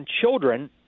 children